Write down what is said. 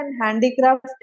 handicraft